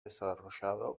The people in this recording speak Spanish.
desarrollado